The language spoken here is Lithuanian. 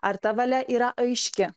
ar ta valia yra aiški